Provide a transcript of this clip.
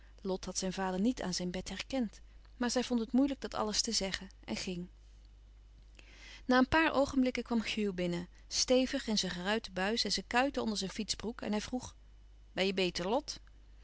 lot had zijn vader niet aan zijn bed herkend maar zij vond het moeilijk dat alles te zeggen en ging na een paar oogenblikken kwam hugh binnen stevig in zijn geruite buis en zijn kuiten onder zijn fietsbroek en hij vroeg ben je beter lot